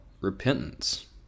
repentance